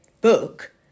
book